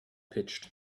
pitched